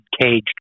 caged